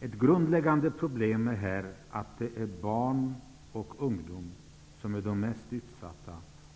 Ett grundläggande problem är här att det är barn och ungdom som är de mest utsatta.